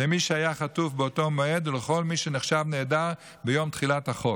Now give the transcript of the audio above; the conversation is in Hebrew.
למי שהיה חטוף באותו מועד ולכל מי שנחשב נעדר ביום תחילת החוק.